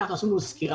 אנחנו עשינו סקירה.